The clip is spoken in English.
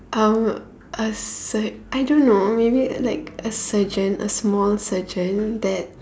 um a sur~ I don't know maybe like a surgeon a small surgeon that